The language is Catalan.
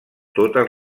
totes